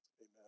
Amen